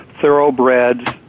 Thoroughbreds